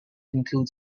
include